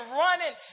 running